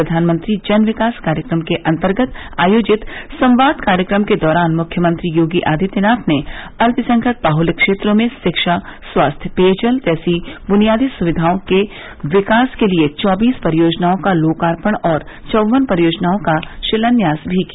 प्रधानमंत्री जन विकास कार्यक्रम के अन्तर्गत आयोजित संवाद कार्यक्रम के दौरान मुख्यमंत्री योगी आदित्यनाथ ने अल्पसंख्यक बाहत्य क्षेत्रों में शिक्षा स्वास्थ्य पेयजल जैसी बुनियादी सुविधाओं के विकास के लिये चौबीस परियोजनाओं का लोकार्पण और चौव्वन परियोजनाओं शिलान्यास भी किया